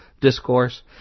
discourse